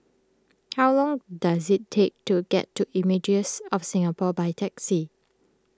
how long does it take to get to Images of Singapore by taxi